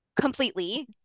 completely